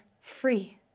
free